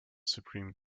supreme